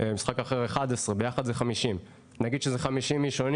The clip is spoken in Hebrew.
במשחק אחר 11. ביחד זה 50. נגיד שזה 50 איש שונים